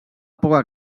poca